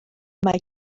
mae